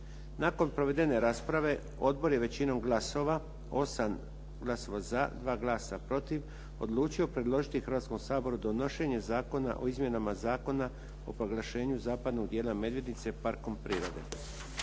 Nakon provedene rasprave odbor je većinom glasova 8 glasova za, 2 glasa protiv, odlučio predložiti Hrvatskom saboru donošenje Zakona o izmjenama Zakona o proglašenju zapadnog dijela "Medvednice" parkom prirode.